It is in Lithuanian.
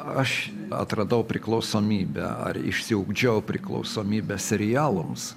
aš atradau priklausomybę ar išsiugdžiau priklausomybę serialams